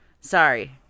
Sorry